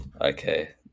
Okay